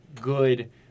good